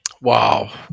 Wow